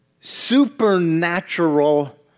supernatural